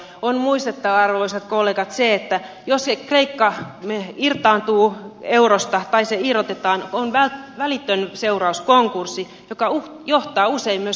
on muistettava arvoisat kollegat se että jos kreikka irtaantuu eurosta tai se irrotetaan on välitön seuraus konkurssi joka johtaa usein myös toimeentuloviidakkoon